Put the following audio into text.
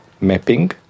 mapping